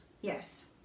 yes